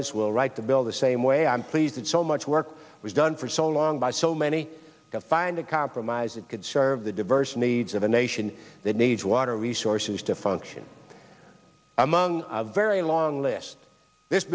us will write the bill the same way i'm pleased that so much work was done for so long by so many to find a compromise that could serve the diverse needs of a nation that needs water resources to function among a very long list this